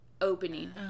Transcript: opening